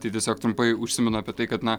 tai tiesiog trumpai užsimenu apie tai kad na